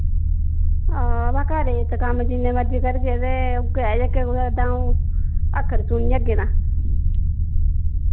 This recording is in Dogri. आं ते घरै ई इत्त कम्म जिन्ना मर्ज़ी करगे ते उऐ जेह्के दंऊ अक्खर सुनी लैगे तां